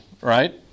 right